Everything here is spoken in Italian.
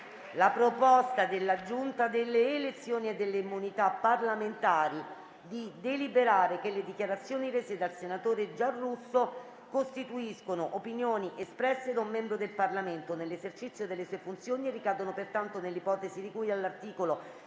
proposta della Giunta delle elezioni e delle immunità parlamentari di deliberare che le dichiarazioni rese dal senatore Mario Michele Giarrusso costituiscono opinioni espresse da un membro del Parlamento nell'esercizio delle sue funzioni e ricadono pertanto nell'ipotesi di cui all'articolo